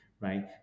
right